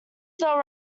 they’ll